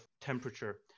temperature